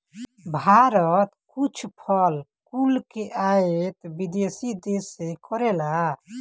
भारत कुछ फल कुल के आयत विदेशी देस से करेला